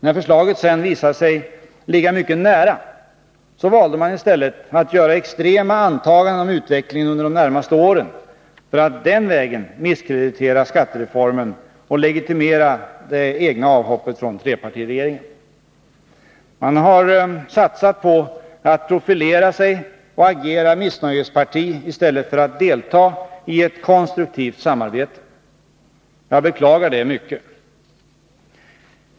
När förslaget sedan visade sig ligga mycket nära, valde man i stället att göra extrema antaganden om utvecklingen under de närmaste åren för att den vägen misskreditera skattereformen och legitimera det egna avhoppet från trepartiregeringen. Man har satsat på att profilera sig och agera missnöjesparti i stället för att delta i ett konstruktivt samarbete. Jag beklagar det mycket.